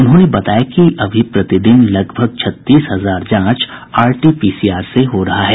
उन्होंने बताया कि अभी प्रतिदिन लगभग छत्तीस हजार जांच आरटीपीसीआर से हो रही है